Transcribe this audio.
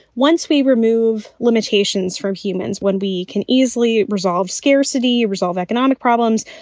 once we remove limitations from humans, when we can easily resolve scarcity, resolve economic problems,